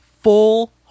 Full